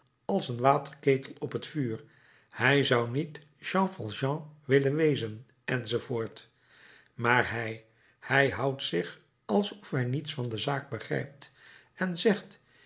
als een waterketel op het vuur hij zou niet jean valjean willen wezen enz maar hij hij houdt zich alsof hij niets van de zaak begrijpt en zegt